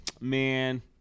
man